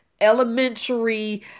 elementary